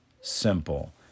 simple